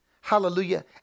Hallelujah